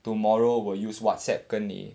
tomorrow will use Whatsapp 跟你